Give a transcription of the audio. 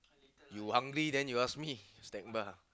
you hungry then you ask me